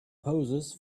poses